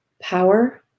power